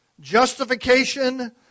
Justification